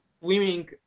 swimming